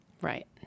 Right